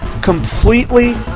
completely